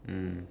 mm